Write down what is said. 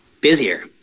busier